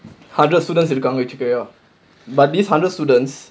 hundred students இருக்காங்கனு வச்சுக்கோயேன்:irukkaanganu vachukkoyaen but these hundred students